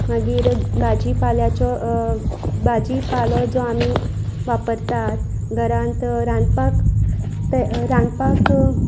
मागीर भाजी पाल्याचो भाजी पालो जो आमी वापरतात घरांत रांदपाक तें रांदपाक